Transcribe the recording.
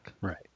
Right